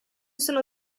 sono